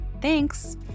Thanks